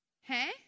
Hey